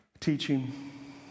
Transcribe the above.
teaching